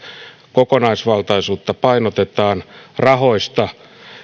kokonaisvaltaisuutta painotetaan rahoista